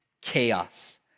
chaos